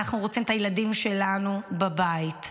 אנחנו רוצים את הילדים שלנו בבית.